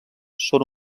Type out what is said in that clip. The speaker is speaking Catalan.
són